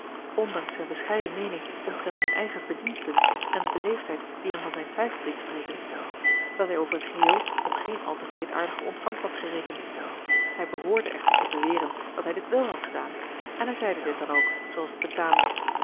ondanks zijn bescheiden meening omtrent zijn eigen verdiensten en de beleefdheid die hem van zijn twijfel deed spreken dat hij over t geheel op geen al te wreedaardige ontvangst had gerekend hij behoorde echter te beweren dat hij dit wèl had gedaan en hij zeide dit dan ook zooals het betaamde